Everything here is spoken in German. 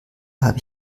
habe